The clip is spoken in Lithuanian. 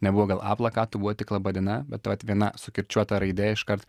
nebuvo gal a plakatų tik laba diena bet vat viena sukirčiuota raidė iškar